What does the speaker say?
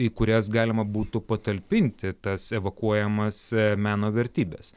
į kurias galima būtų patalpinti tas evakuojamas meno vertybes